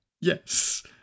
Yes